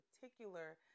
particular